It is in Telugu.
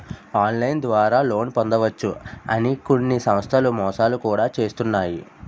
ఆన్లైన్ ద్వారా లోన్ పొందవచ్చు అని కొన్ని సంస్థలు మోసాలు కూడా చేస్తున్నాయి